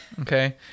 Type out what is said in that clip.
Okay